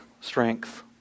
strength